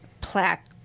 plaque